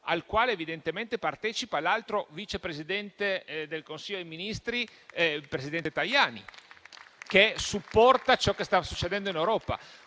al quale evidentemente partecipa l'altro vice presidente del Consiglio dei ministri, Tajani, che supporta ciò che sta succedendo in Europa.